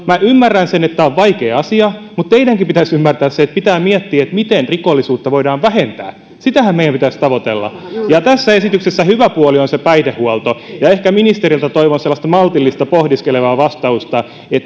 minä ymmärrän sen että tämä vaikea asia mutta teidänkin pitäisi ymmärtää se että pitää miettiä miten rikollisuutta voidaan vähentää sitähän meidän pitäisi tavoitella tässä esityksessä hyvä puoli on se päihdehuolto ehkä ministeriltä toivon sellaista maltillista pohdiskelevaa vastausta siihen